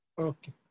Okay